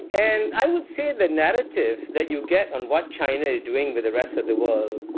and i would say the narrative that you get on what china is doing with the rest of the world,